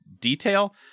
detail